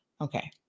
Okay